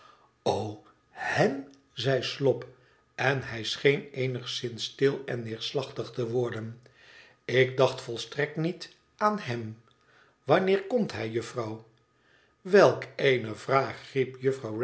he m zei slop n hij scheen eenigszins stil en neerslachtig te worden ik dacht volstrekt niet aan hem wanneer komt hij juffrouw welk eene vraag